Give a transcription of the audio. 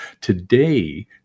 Today